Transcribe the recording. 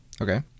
Okay